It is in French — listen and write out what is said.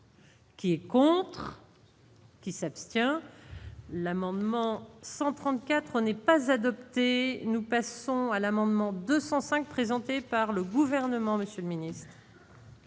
Qui quoi. Qui s'abstient l'amendement 134 ans n'est pas adopté, nous passons à l'amendement 205 présenté par le gouvernement, Monsieur le Ministre.